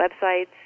websites